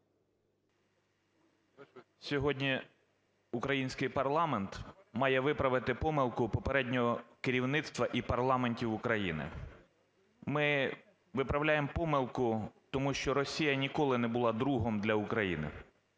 Сьогодні український парламент має виправити помилку попереднього керівництва і парламентів України. Ми виправляємо помилку, тому що Росія ніколи не була другом для України.